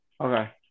Okay